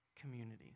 community